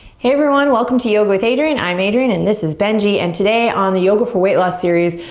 hey everyone, welcome to yoga with adriene. i'm adriene and this is benji and today on the yoga for weight loss series,